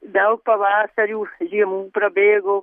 daug pavasarių žiemų prabėgo